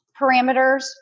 parameters